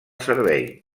servei